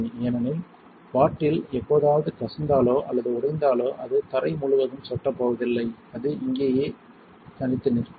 ஏனெனில் பாட்டில் எப்போதாவது கசிந்தாலோ அல்லது உடைந்தாலோ அது தரை முழுவதும் சொட்டப் போவதில்லை அது இங்கே தனித்து நிற்கும்